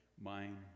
mind